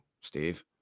Steve